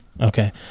Okay